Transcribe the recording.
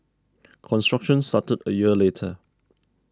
construction started a year later